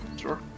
Sure